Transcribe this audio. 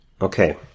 Okay